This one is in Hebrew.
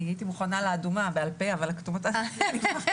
אני הייתי מוכנה לאדומה בעל-פה אבל לכתומות לא.